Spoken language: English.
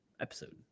episode